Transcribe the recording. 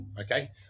Okay